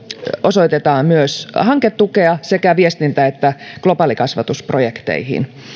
osoitetaan myös hanketukea sekä viestintä että globaalikasvatusprojekteihin meillä